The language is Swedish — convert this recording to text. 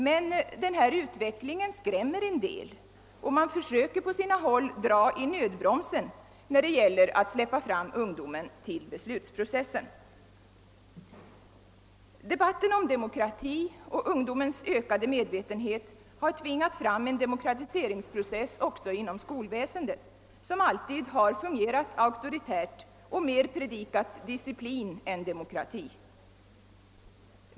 Men den här utveckling en skrämmer en del och man försöker på sina håll dra i nödbromsen när det gäller att släppa fram ungdomen till beslutsprocessen. Debatten om demokrati och ungdomens ökade medvetenhet har tvingat fram en demokratiseringsprocess också inom skolväsendet som alltid har fungerat auktoritärt och mer predikat disciplin än demokrati.